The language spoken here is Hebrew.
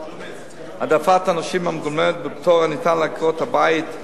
העדפת הנשים המגולמת בפטור הניתן לעקרות-בית,